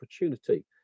opportunity